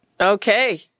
Okay